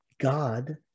God